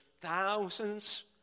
thousands